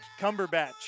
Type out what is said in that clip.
Cumberbatch